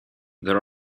there